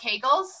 kegels